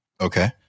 Okay